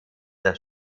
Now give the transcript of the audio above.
der